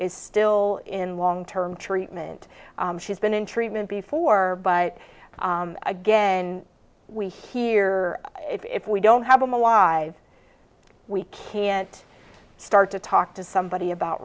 is still in long term treatment she's been in treatment before but again we hear if we don't have them alive we can start to talk to somebody about